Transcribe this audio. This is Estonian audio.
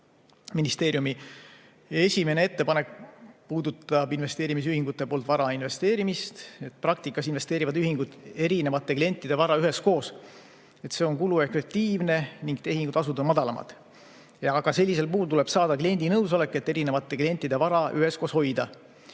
esimene ettepanek puudutab investeerimisühingute poolt vara investeerimist. Praktikas investeerivad ühingud erinevate klientide vara üheskoos, see on kuluefektiivne ning tehingutasud on madalamad. Sellisel puhul tuleb saada kliendi nõusolek, et erinevate klientide vara üheskoos hoida.